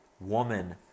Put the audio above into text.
woman